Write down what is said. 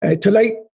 Tonight